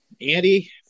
Andy